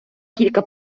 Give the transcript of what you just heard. кілька